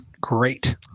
great